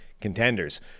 contenders